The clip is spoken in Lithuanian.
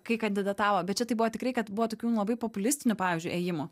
kai kandidatavo bet čia tai buvo tikrai kad buvo tokių labai populistinių pavyzdžiui ėjimų